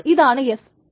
അപ്പോൾ ഇതാണ് S